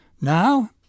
Now